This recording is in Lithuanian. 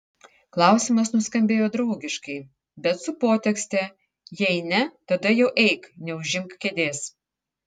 klausimas nuskambėjo draugiškai bet su potekste jei ne tada jau eik neužimk kėdės